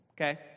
Okay